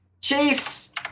Chase